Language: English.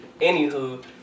Anywho